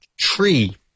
tree